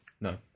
No